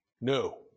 no